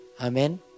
Amen